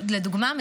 לדוגמה,